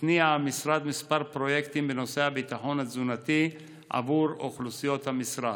התניע המשרד כמה פרויקטים בנושא הביטחון התזונתי עבור אוכלוסיות המשרד.